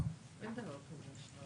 אנחנו חיים היום בעולם מודרני שאדם שמעוניין